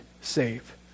save